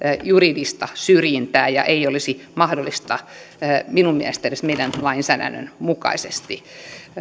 juridista syrjintää ja ei olisi minun mielestäni edes mahdollista meidän lainsäädäntömme mukaisesti